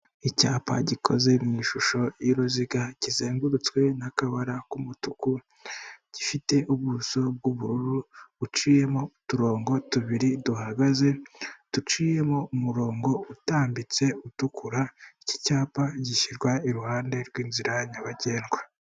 Icyapa gikoze mu ishusho y'uruziga kizengurutswe n'akabara k'umutuku gifite ubuso bw'ubururu buciyemo uturongo tubiri duhagaze duciyemo umurongo utambitse utukura iki cyapa gishyirwa iruhande rw'inzira nyabagendwa.